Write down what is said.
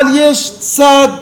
אבל יש צד